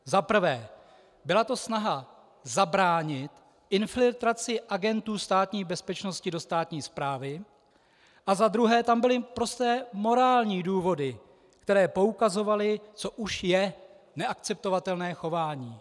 Zaprvé, byla to snaha zabránit infiltraci agentů Státní bezpečnosti do státní správy, a za druhé tam byly prosté morální důvody, které poukazovaly, co už je neakceptovatelné chování.